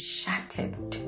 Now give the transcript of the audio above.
shattered